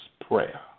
prayer